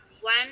one